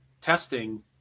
testing